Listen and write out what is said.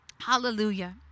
Hallelujah